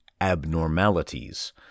abnormalities